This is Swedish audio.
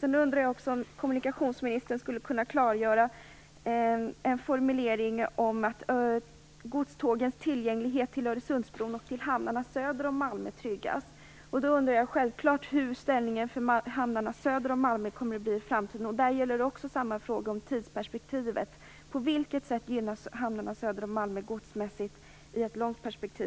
Sedan undrar jag också om kommunikationsministern skulle kunna klargöra en formulering om att godstågens tillgång till Öresundsbron och till hamnarna söder om Malmö tryggas. Jag undrar självfallet vilken ställning hamnarna söder om Malmö kommer att ha i framtiden. Där gäller samma fråga om tidsperspektivet. På vilket sätt gynnas hamnarna söder om Malmö godsmässigt